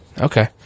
Okay